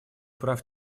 прав